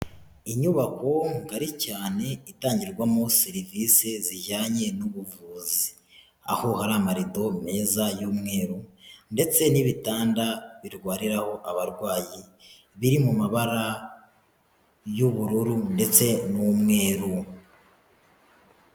Inyubako ngari cyane itangirwamo serivisi zijyanye n'ubuvuzi, aho hari amarido meza y'umweru ndetse n'ibitanda birwariraho abarwayi, biri mu mabara y'ubururu ndetse n'umweru.